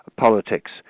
politics